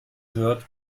hört